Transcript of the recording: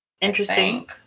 interesting